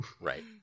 right